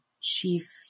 chief